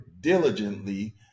diligently